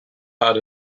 part